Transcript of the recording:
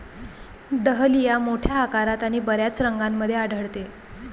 dahlia मोठ्या आकारात आणि बर्याच रंगांमध्ये आढळते